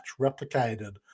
replicated